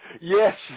Yes